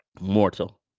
mortal